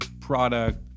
product